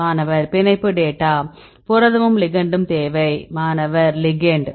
மாணவர் பிணைப்பு டேட்டா புரதமும் லிகெண்டும் தேவை மாணவர் லிகெண்ட்